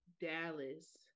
Dallas